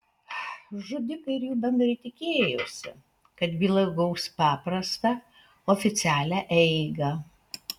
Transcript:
žudikai ir jų bendrai tikėjosi kad byla įgaus paprastą oficialią eigą